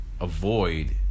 avoid